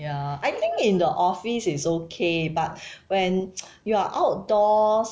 ya I think in the office is okay but when you are outdoors